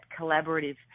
collaborative